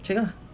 check ah